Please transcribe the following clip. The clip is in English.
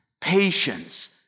patience